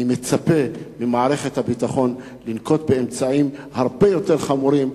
אני מצפה ממערכת הביטחון לנקוט אמצעים הרבה יותר חמורים,